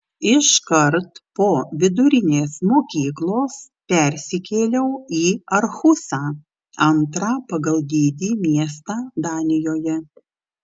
iškart po vidurinės mokyklos persikėliau į arhusą antrą pagal dydį miestą danijoje